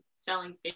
selling